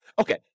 Okay